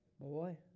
Boy